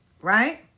right